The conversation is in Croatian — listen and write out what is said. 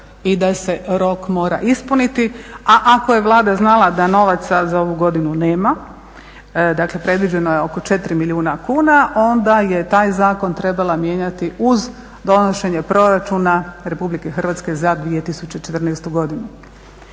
i da se rok mora ispuniti, a ako je Vlada znala da novaca za ovu godinu nema, dakle predviđeno je oko 4 milijuna kuna, onda je taj zakon trebala mijenjati uz donošenje proračuna Republike Hrvatske za 2014. godinu.